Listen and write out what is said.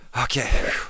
Okay